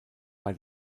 bei